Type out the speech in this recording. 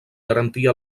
garantir